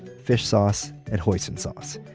fish sauce, and hoisin sauce.